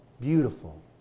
Beautiful